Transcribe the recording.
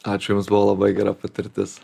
ačiū jums buvo labai gera patirtis